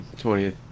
20th